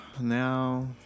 Now